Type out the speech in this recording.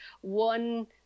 one